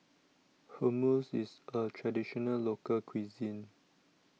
Hummus IS A Traditional Local Cuisine